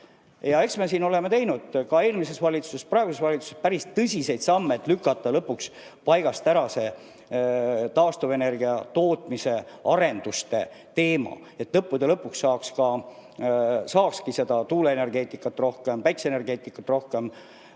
Eks me oleme siin teinud – nii eelmises valitsuses kui ka praeguses valitsuses – päris tõsiseid samme, et lükata lõpuks paigast ära see taastuvenergia tootmise arenduste teema, et lõppude lõpuks saakski seda tuuleenergeetikat rohkem, päikeseenergeetika rohkem.